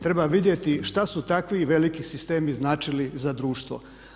Treba vidjeti šta su takvi veliki sistemi značili za društvo.